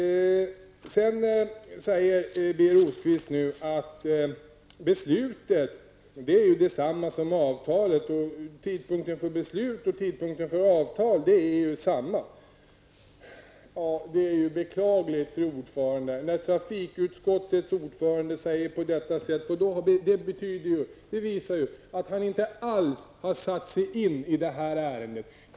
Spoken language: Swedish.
Birger Rosqvist säger nu att beslutet är detsamma som avtalet och att tidpunkten för beslut och tidpunkten för avtal är densamma. Det är ju, fru talman, beklagligt att trafikutskottets ordförande säger på detta sätt, eftersom det visar att han inte alls har satt sig in i ärendet.